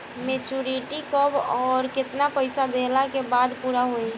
Maturity कब आउर केतना पईसा देहला के बाद पूरा होई?